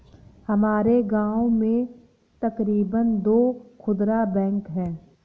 हमारे गांव में तकरीबन दो खुदरा बैंक है